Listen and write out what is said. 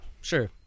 Sure